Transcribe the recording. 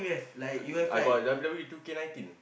I got W_W_E two K Nineteen